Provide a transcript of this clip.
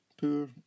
Poor